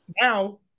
Now